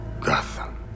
Gotham